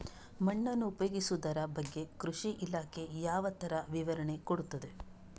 ಮಣ್ಣನ್ನು ಉಪಯೋಗಿಸುದರ ಬಗ್ಗೆ ಕೃಷಿ ಇಲಾಖೆ ಯಾವ ತರ ವಿವರಣೆ ಕೊಡುತ್ತದೆ?